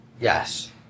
Yes